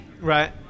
Right